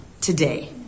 today